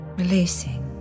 releasing